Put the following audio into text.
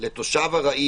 לתושב ארעי,